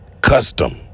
custom